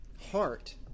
heart